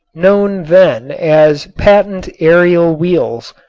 known then as patent aerial wheels,